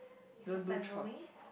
you first time know me